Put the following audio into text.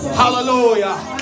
hallelujah